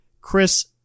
Chris